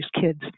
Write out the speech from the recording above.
kids